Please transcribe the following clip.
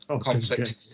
conflict